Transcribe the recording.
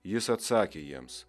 jis atsakė jiems